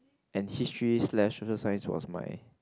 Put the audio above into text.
and history slash social science was my